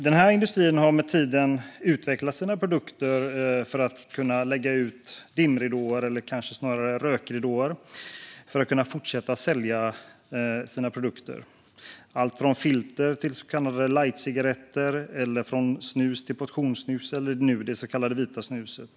Den här industrin har med tiden utvecklat sina produkter för att kunna lägga ut dimridåer, eller kanske snarare rökridåer, för att kunna fortsätta sälja sina produkter. Det handlar om allt från filter till så kallade lightcigaretter och från snus till portionssnus och nu också det så kallade vita snuset.